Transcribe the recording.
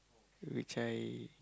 which I